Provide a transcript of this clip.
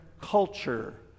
culture